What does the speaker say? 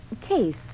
case